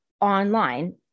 online